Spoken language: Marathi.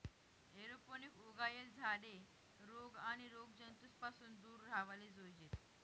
एरोपोनिक उगायेल झाडे रोग आणि रोगजंतूस पासून दूर राव्हाले जोयजेत